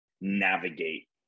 navigate